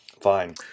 Fine